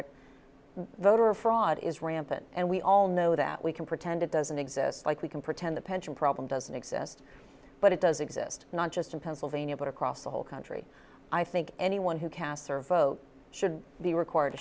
it voter fraud is rampant and we all know that we can pretend it doesn't exist like we can pretend the pension problem doesn't exist but it does exist not just in pennsylvania but across the whole country i think anyone who cast their vote should be required to